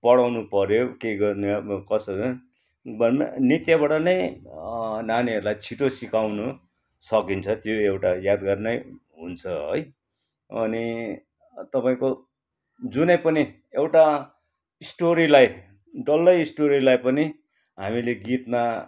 पढाउनु पऱ्यो के गर्ने नृत्यबाट नै नानीहरूलाई छिटो सिकाउनु सकिन्छ त्यो एउटा यादगार नै हुन्छ है अनि तपाईँको जुनै पनि एउटा स्टोरीलाई डल्लै स्टोरीलाई पनि हामीले गीतमा